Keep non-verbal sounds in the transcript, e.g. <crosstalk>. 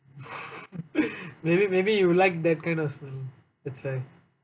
<laughs> maybe maybe you like that kind of smell that's why